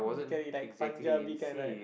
need to carry like right